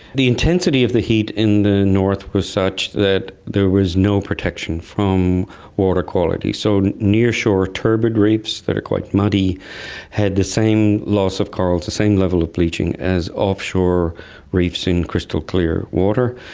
the intensity of the heat in the north was such that there was no protection from water quality, so nearshore turbid reefs, they're quite muddy had the same loss of corals, the same level of bleaching as offshore reefs in crystal clear water.